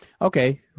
Okay